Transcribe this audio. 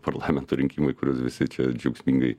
parlamento rinkimai kuriuos visi čia džiaugsmingai